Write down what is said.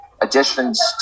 additions